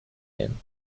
him